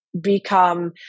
become